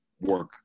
work